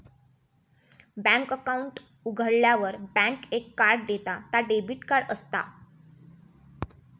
bank account उघाडल्यार bank एक card देता ता डेबिट कार्ड असता